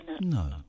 No